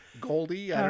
goldie